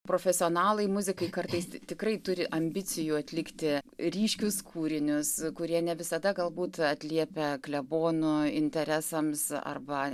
profesionalai muzikai kartais tikrai turi ambicijų atlikti ryškius kūrinius kurie ne visada galbūt atliepia klebono interesams arba